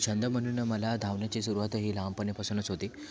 छंद म्हणून मला धावण्याची सुरवात ही लहानपणीपासूनच होती